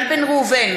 איל בן ראובן,